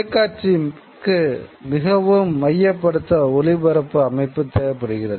தொலைக்காட்சிக்கு மிகவும் மையப்படுத்தப்பட்ட ஒலிபரப்பு அமைப்பு தேவைப்படுகிறது